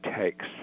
takes